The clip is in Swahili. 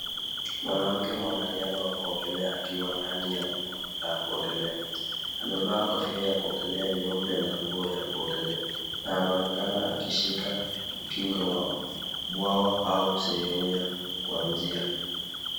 Mwanamke mwanariadha wa kuogelea akiwa ndani ya bwawa la kuogelea. Amevaa kofia ya kuogelea nyeupe na nguo ya kuogelea anaonekana akishika ukingo wa ubwawa au sehemu ya kuanzia.